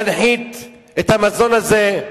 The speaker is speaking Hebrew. להנחית את המזון הזה.